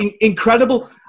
incredible